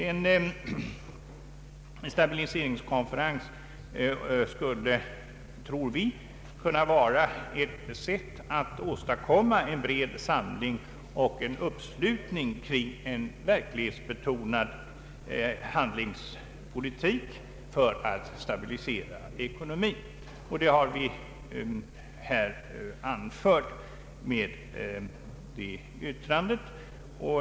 En stabiliseringskonferens skulle, tror vi, kunna vara ett sätt att åstadkomma en bred samling och uppslutning kring en verklighetsbetonad handlingspolitik för att stabilisera ekonomin. Det har vi framfört i vårt särskilda yttrande.